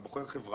כשאתה בוחר חברה,